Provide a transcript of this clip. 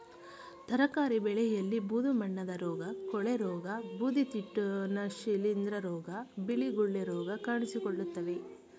ತರಕಾರಿ ಬೆಳೆಯಲ್ಲಿ ಬೂದು ಬಣ್ಣದ ರೋಗ, ಕೊಳೆರೋಗ, ಬೂದಿತಿಟ್ಟುನ, ಶಿಲಿಂದ್ರ ರೋಗ, ಬಿಳಿ ಗುಳ್ಳೆ ರೋಗ ಕಾಣಿಸಿಕೊಳ್ಳುತ್ತವೆ